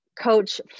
coach